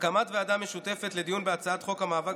הקמת ועדה משותפת לדיון בהצעת חוק המאבק